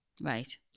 Right